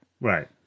Right